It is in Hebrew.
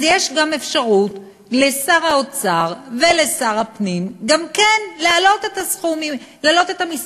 יש אפשרות גם לשר האוצר ולשר הפנים להעלות את המספר,